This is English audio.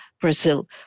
Brazil